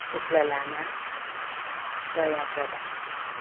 Shukla Lama Daya Pradhan